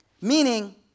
Meaning